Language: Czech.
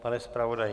Pane zpravodaji?